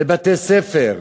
בבתי-ספר,